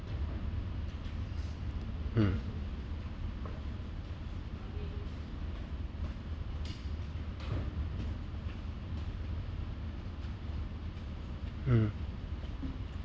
mm mm